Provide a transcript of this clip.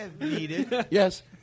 Yes